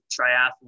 triathlon